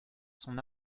son